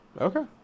Okay